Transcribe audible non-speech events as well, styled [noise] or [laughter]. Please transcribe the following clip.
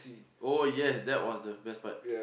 oh yes that was the best part [noise]